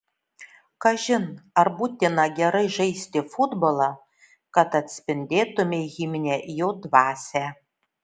kažin ar būtina gerai žaisti futbolą kad atspindėtumei himne jo dvasią